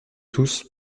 tous